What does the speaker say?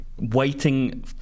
Waiting